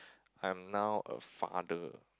I'm now a father